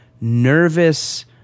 nervous